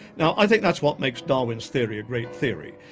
now i think that's what makes darwin's theory a great theory.